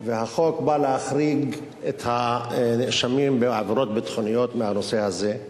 החוק בא להחריג את הנאשמים בעבירות ביטחוניות מהנושא הזה.